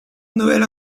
noël